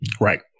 Right